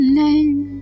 name